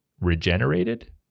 regenerated